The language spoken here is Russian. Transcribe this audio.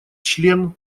член